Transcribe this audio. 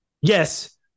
yes